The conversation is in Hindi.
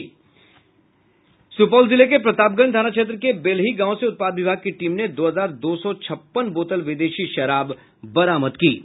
सुपौल जिले के प्रतापगंज थाना क्षेत्र के बेलही गांव से उत्पाद विभाग की टीम ने दो हजार दो सौ छप्पन बोतल विदेशी शराब बरामद की है